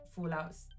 fallouts